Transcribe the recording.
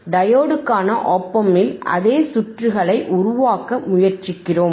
டையோடுக்கான op ஆம்பில் அதே சுற்றுகளை உருவாக்க முயற்சிக்கிறோம்